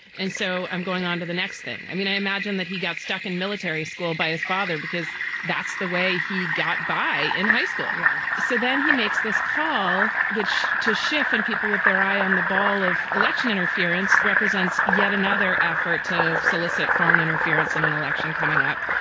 and so i'm going on to the next thing i mean, i imagine that he got stuck in military school by his father because that's the way he got by in high school. yeah. so then he makes this call which to shift. and people with their eye on the ball of election interference represents yet another effort to solicit foreign interference in an election coming up.